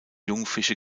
jungfische